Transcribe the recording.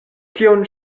kion